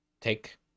take